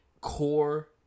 core